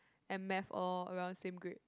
and math all around same grade